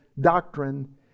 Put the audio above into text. doctrine